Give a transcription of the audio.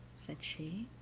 said she,